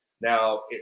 Now